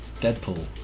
Deadpool